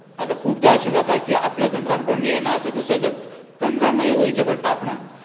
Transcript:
आतां खूबदां अशें जाता की आपलो तंत्रान कोण घेयना आतां दुसऱ्याच्या तंत्र्यान वयचें पडटा आपणाक